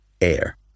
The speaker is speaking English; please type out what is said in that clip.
air